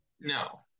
no